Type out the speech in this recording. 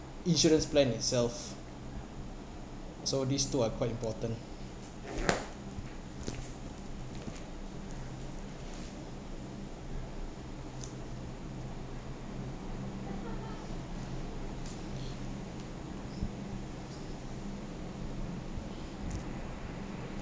insurance plan itself so these two are quite important